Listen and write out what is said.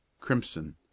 crimson